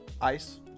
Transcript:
ice